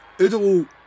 Udo